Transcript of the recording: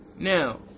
Now